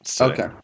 okay